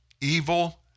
evil